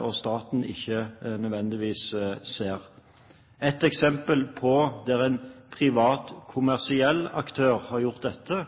og staten ikke nødvendigvis ser. Et eksempel på en privat kommersiell aktør som har gjort dette